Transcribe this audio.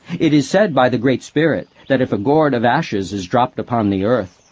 it is said by the great spirit that if a gourd of ashes is dropped upon the earth,